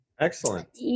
Excellent